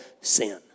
sin